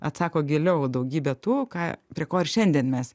atsako giliau daugybę tų ką prie ko ir šiandien mes